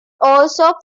also